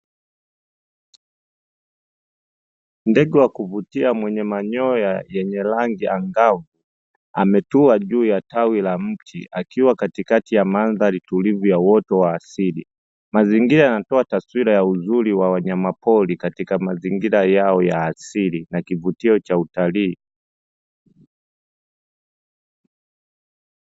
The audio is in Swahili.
Ndege wa kuvutia mwenye manyoya yenye rangi angavu, ametua juu ya tawi la mti akiwa katikati ya mandhari tulivu ya uoto wa asili. Mazingira yanatoa taswira ya uzuri wa wanyamapori katika mazingira yao ya asili na kivutio cha utalii.